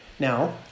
Now